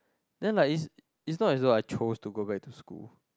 then like it's it's not is like choice to go back to school